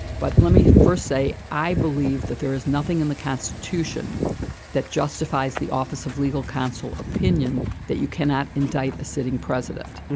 but let me first say, i believe that there is nothing in the constitution that justifies the office of legal legal counsel opinion that you cannot indict a sitting president.